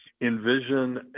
Envision